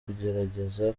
kugerageza